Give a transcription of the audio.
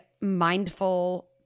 mindful